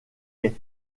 est